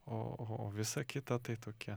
o o visa kita tai tokia